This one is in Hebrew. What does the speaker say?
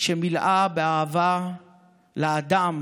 שמלאה באהבה לאדם